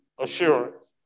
assurance